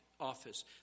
office